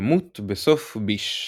ימות בסוף ביש”.